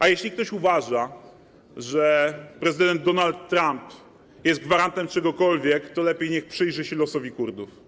A jeśli ktoś uważa, że prezydent Donald Trump jest gwarantem czegokolwiek, to lepiej niech przyjrzy się losowi Kurdów.